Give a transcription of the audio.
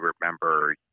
remember –